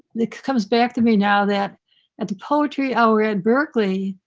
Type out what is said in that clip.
it comes back to me now that at the poetry hour at berkeley,